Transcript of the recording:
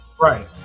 Right